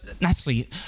Natalie